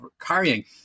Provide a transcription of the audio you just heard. carrying